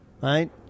right